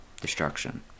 destruction